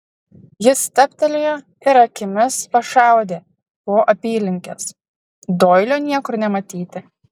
jis stabtelėjo ir akimis pašaudė po apylinkes doilio niekur nematyti